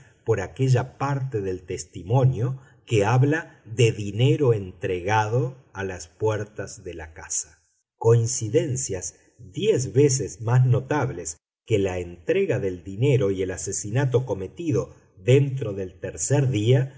por aquella parte del testimonio que habla de dinero entregado a las puertas de la casa coincidencias diez veces más notables que la entrega del dinero y el asesinato cometido dentro del tercer día